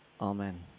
Amen